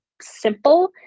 simple